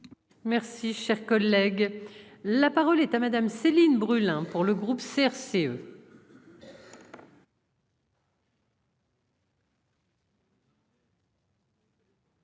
Merci, cher collègue, la parole est à madame Céline Brulin, pour le groupe CRCE.